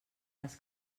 les